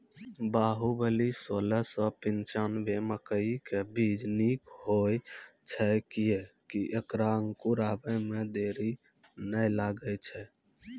बाहुबली सोलह सौ पिच्छान्यबे मकई के बीज निक होई छै किये की ऐकरा अंकुर आबै मे देरी नैय लागै छै?